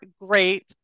great